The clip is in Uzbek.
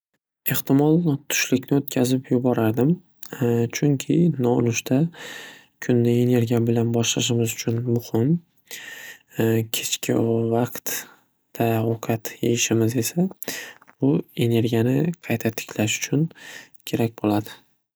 Ehtimol tushlikni o'tkazib yuborardim, chunki nonushta kunni energiya bilan boshlashimiz uchun muhim. Kechki vaqtda ovqat yeyishimiz esa bu energiyani qayta tiklash uchun kerak bo'ladi.